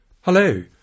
Hello